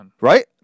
Right